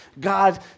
God